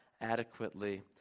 adequately